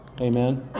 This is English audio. Amen